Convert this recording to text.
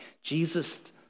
Jesus